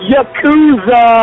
Yakuza